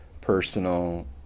personal